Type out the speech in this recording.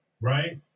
right